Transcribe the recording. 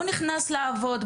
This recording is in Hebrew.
הוא נכנס לעבוד,